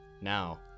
Now